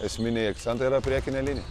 esminiai akcentai yra priekinė lini